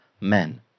men